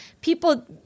people